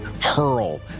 hurl